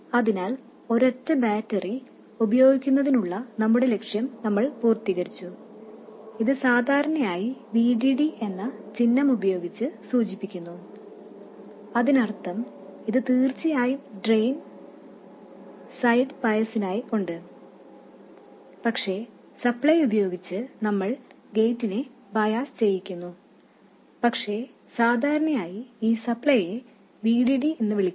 അതിനാൽ ഒരൊറ്റ ബാറ്ററി ഉപയോഗിക്കുന്നതിനുള്ള നമ്മുടെ ലക്ഷ്യം നമ്മൾ പൂർത്തീകരിച്ചു ഇത് സാധാരണയായി VDD എന്ന ചിഹ്നമുപയോഗിച്ച് സൂചിപ്പിക്കുന്നു അതിനർഥം ഇത് തീർച്ചയായും ഡ്രെയിൻ സൈഡ് ബയസിനായി ഉണ്ട് അതേ സപ്ലൈ ഉപയോഗിച്ച് നമ്മൾ ഗേറ്റിനെ ബയാസ് ചെയ്യിക്കുന്നു പക്ഷേ സാധാരണയായി ഈ സപ്ലൈയെ VDD എന്ന് വിളിക്കുന്നു